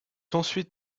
ensuite